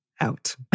out